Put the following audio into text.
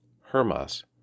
Hermas